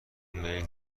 میل